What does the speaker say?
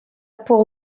pour